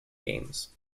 games